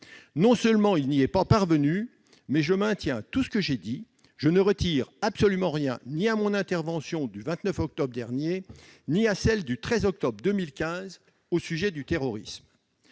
Non seulement il n'y est pas parvenu, mais je maintiens tout ce que j'ai dit : je ne retire absolument rien, ni à mon intervention du 29 octobre dernier ni à celle du 13 octobre 2015 sur le terrorisme.